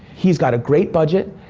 he's got a great budget,